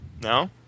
No